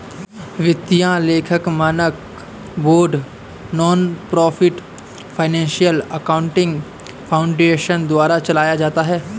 वित्तीय लेखा मानक board nonprofit financial accounting foundation द्वारा चलाया जाता है